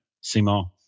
Simon